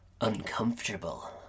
uncomfortable